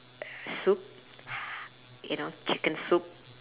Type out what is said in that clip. soup you know chicken soup